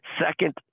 Second